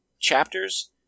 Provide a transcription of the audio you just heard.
chapters